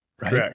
right